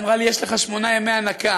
אמרה לי: יש לך שמונה ימי הנקה.